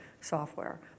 software